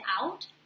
out